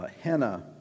henna